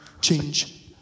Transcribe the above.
change